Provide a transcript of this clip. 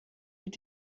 sich